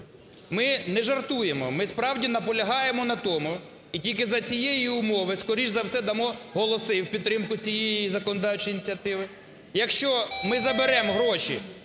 Ми не жартуємо, ми справді наполягаємо на тому і тільки за цієї умови скоріше за все дамо голоси в підтримку цієї законодавчої ініціативи, якщо ми заберем гроші